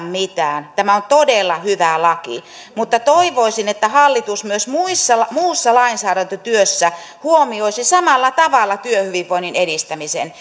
mitään tämä on todella hyvä laki mutta toivoisin että hallitus myös muussa lainsäädäntötyössä huomioisi samalla tavalla työhyvinvoinnin edistämisen